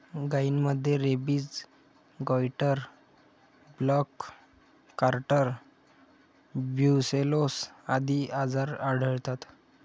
गायींमध्ये rabies, goitre, black quarter, brucellosis आदी आजार आढळतात